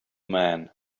man